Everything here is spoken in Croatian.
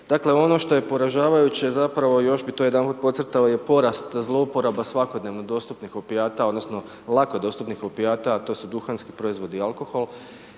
Dakle ono što je poražavajuće, zapravo, još bih to jedanput podcrtao je porast zlouporaba svakodnevno dostupnih opijata, odnosno lako dostupnih opijata a to su duhanski proizvodi i alkohol.